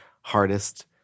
hardest